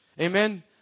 Amen